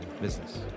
business